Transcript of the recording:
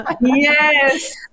Yes